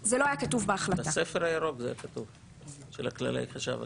זה היה כתוב בספר הירוק של כללי חשב הכנסת.